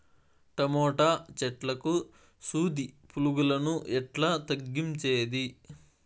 Tomato చెట్లకు సూది పులుగులను ఎట్లా తగ్గించేది?